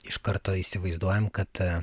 iš karto įsivaizduojam kad